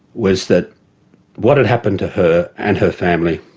was that what had happened to her and her family